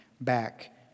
back